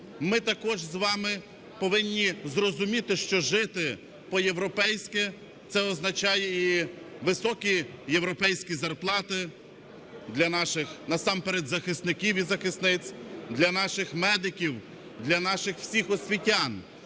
ми також з вами повинні зрозуміти, що жити по-європейськи – це означає і високі європейські зарплати для наших насамперед захисників і захисниць, для наших медиків, для наших всіх освітян,